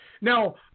Now